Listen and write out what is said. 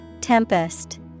Tempest